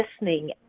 listening